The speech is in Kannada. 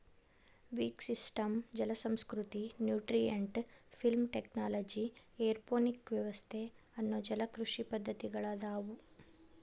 ವಿಕ್ ಸಿಸ್ಟಮ್ ಜಲಸಂಸ್ಕೃತಿ, ನ್ಯೂಟ್ರಿಯೆಂಟ್ ಫಿಲ್ಮ್ ಟೆಕ್ನಾಲಜಿ, ಏರೋಪೋನಿಕ್ ವ್ಯವಸ್ಥೆ ಅನ್ನೋ ಜಲಕೃಷಿ ಪದ್ದತಿಗಳದಾವು